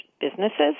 businesses